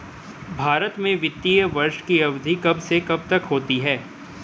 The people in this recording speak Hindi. भारत में वित्तीय वर्ष की अवधि कब से कब तक होती है?